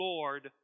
Lord